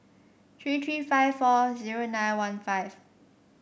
three three five four zero nine one five